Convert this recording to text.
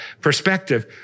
perspective